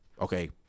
okay